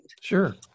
sure